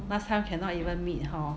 last time cannot even meet hor